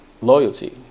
loyalty